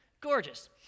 gorgeous